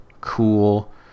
cool